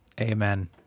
Amen